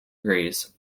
greece